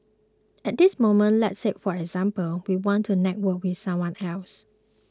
at this moment let's say for example we want to network with someone else